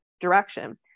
direction